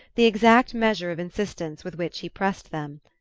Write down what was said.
the exact measure of insistence with which he pressed them.